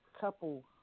couple